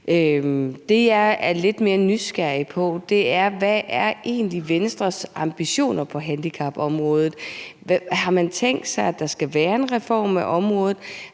Det, jeg er lidt mere nysgerrig på, er, hvad Venstres ambitioner på handicapområdet egentlig er. Har man tænkt sig, at der skal være en reform af området?